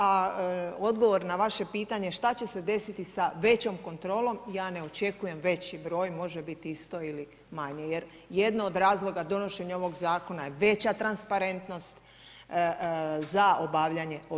A odgovor na vaše pitanje šta će se desiti sa većom kontrolom, ja ne očekujem veći broj može biti isto ili manje jer jedno od razloga donošenja ovog zakona je veća transparentnost za obavljanje ovih poslova.